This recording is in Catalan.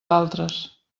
altres